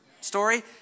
story